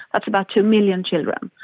that's about two million children.